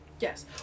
Yes